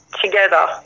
together